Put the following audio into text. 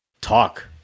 talk